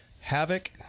Havoc